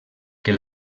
que